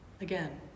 again